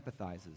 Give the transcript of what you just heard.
empathizes